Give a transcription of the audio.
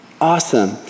Awesome